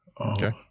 Okay